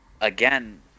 again